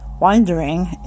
wondering